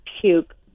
puke